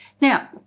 Now